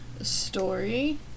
story